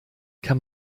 kann